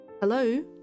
hello